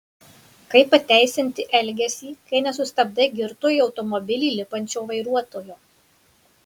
kaip pateisinti elgesį kai nesustabdai girto į automobilį lipančio vairuotojo